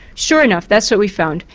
sure enough that's what we found.